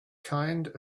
kind